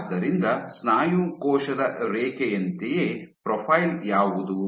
ಆದ್ದರಿಂದ ಸ್ನಾಯು ಕೋಶದ ರೇಖೆಯಂತೆಯೇ ಪ್ರೊಫೈಲ್ ಯಾವುದು